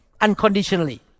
unconditionally